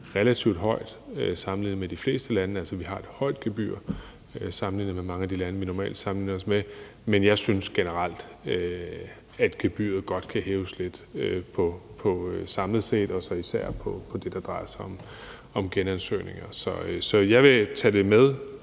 relativt højt sammenlignet med de fleste lande – altså, vi har et højt gebyr sammenlignet med mange af de lande, vi normalt sammenligner os med – men jeg synes generelt, at gebyret godt kan hæves lidt, både samlet set, og især når det drejer sig om genansøgninger. Så jeg vil tage det med